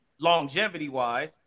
longevity-wise